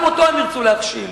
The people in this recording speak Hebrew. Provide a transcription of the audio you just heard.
גם אותו הם ירצו להכשיל.